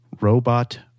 robot